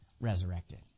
resurrected